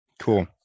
cool